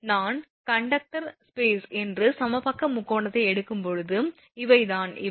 நான் conductors space என்று சமபக்க முக்கோணத்தை எடுக்கும்போது இவைதான் இவை